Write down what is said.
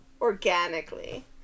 organically